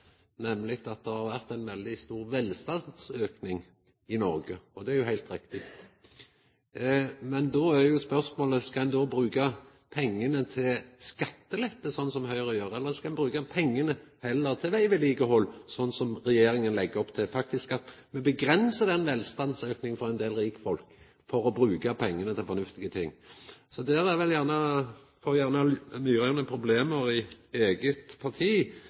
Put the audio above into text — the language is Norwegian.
nemleg at det har vore ein veldig stor velstandsauke i Noreg, og det er heilt riktig. Men då er spørsmålet: Skal ein då bruka pengane til skattelette, slik som Høgre gjer, eller skal ein heller bruka pengane til vegvedlikehald, slik som regjeringa legg opp til, altså at me faktisk set grenser for velstandsauken for ein del rikfolk for å bruka pengane til fornuftige ting? Der får vel gjerne Myraune problem i eige parti